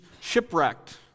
shipwrecked